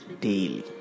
daily